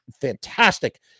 fantastic